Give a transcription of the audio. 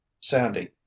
Sandy